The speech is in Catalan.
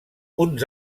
uns